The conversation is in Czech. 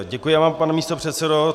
Děkuji vám, pane místopředsedo.